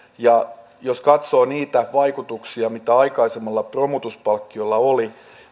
jos katsoo niitä vaikutuksia mitä aikaisemmalla romutuspalkkiolla oli